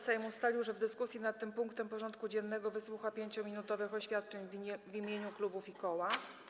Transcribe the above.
Sejm ustalił, że w dyskusji nad tym punktem porządku dziennego wysłucha 5-minutowych oświadczeń w imieniu klubów i koła.